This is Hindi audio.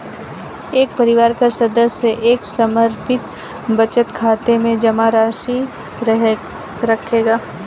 एक परिवार का सदस्य एक समर्पित बचत खाते में जमा राशि रखेगा